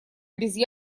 без